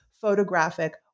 photographic